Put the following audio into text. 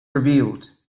revealed